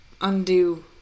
undo